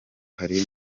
hari